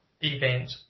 event